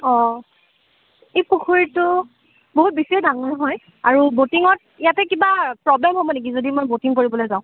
অঁ এই পুখুৰীটো বহুত বেছিয়ে ডাঙৰ হয় আৰু ব'টিঙত ইয়াতে কিবা প্ৰব্লেম হ'ব নেকি যদি মই ব'টিঙ কৰিবলৈ যাওঁ